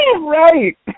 Right